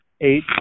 eight